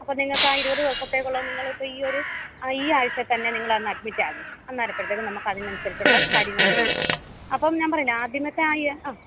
അപ്പം നിങ്ങൾക്ക് ആ ഇരുപതു ദിവസത്തേക്കുള്ളത് നിങ്ങൾ ഇപ്പോൾ ഈ ഒരു ഈ ആഴ്ച തന്നെ നിങ്ങൾ വന്നു അഡ്മിറ്റാകുക അന്നേരം അപ്പോഴത്തേക്കും നമുക്ക് അതിന് അനുസരിച്ചുള്ള കാര്യങ്ങൾ ചെയ്യാം അപ്പം ഞാൻ പറഞ്ഞില്ലേ ആദ്യം ഏതായാലും